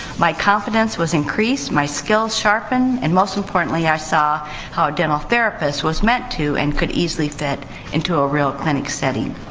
my confidence was increased, my skills sharpened, and, most importantly, i saw how a dental therapist was meant to and could easily fit into a real clinic setting.